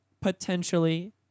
potentially